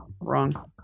wrong